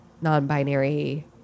non-binary